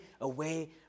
away